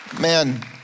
Man